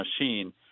machine